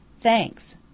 Thanks